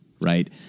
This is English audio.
right